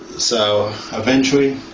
so eventually